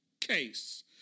Case